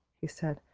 he said.